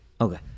Okay